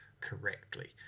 correctly